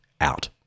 out